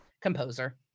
Composer